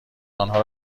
آنها